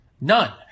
None